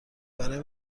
برای